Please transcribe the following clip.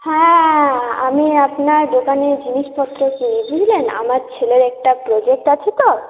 হ্যাঁ আমি আপনার দোকানে জিনিসপত্র কিনি বুঝলেন আমার ছেলের একটা প্রোজেক্ট আছে তো